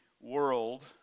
world